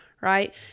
right